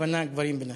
הכוונה לגברים ונשים.